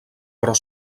però